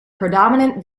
predominant